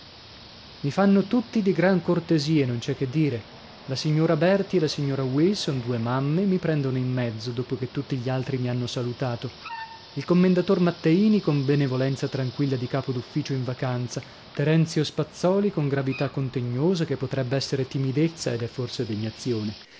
mi fanno tutti di gran cortesie non c'è che dire la signora berti e la signora wilson due mamme mi prendono in mezzo dopo che tutti gli altri mi hanno salutato il commendator matteini con benevolenza tranquilla di capo d'ufficio in vacanza terenzio spazzòli con gravità contegnosa che potrebb'essere timidezza ed è forse degnazione